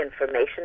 information